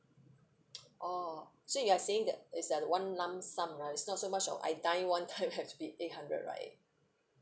orh so you are saying that it's a one lump sum right not so much of I dine one time have to be eight hundred right